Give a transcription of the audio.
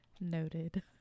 Noted